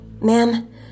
Ma'am